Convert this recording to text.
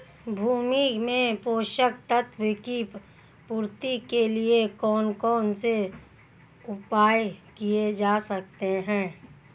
भूमि में पोषक तत्वों की पूर्ति के लिए कौन कौन से उपाय किए जा सकते हैं?